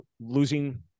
losing